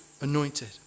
anointed